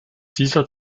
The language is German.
dieser